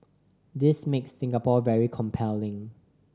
this makes Singapore very compelling